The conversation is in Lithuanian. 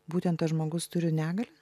būtent tas žmogus turi negalią